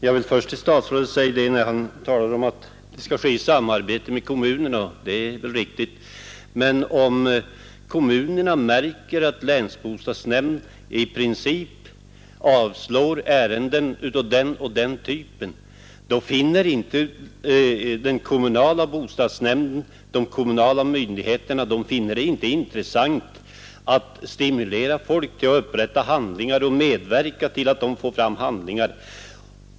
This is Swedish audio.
Herr talman! Statsrådet säger att denna långivning skall ske i samförstånd med kommunerna. Det är riktigt. Men om kommunerna märker att länsbostadsnämnden i princip avslår ärenden av en viss typ, finner inte den kommunala bostadsnämnden och de kommunala myndigheterna det intressant att stimulera folk till att upprätta handlingar och medverka till att skaffa fram handlingar.